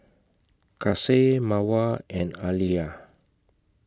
Kasih Mawar and Alya